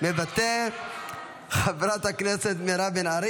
אבל אתה --- אין שום קשר למה שאמרת.